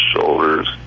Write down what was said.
shoulders